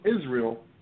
Israel